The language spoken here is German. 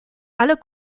alle